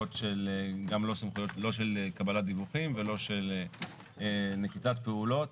לא של קבלת דיווחים ולא של נקיטת פעולות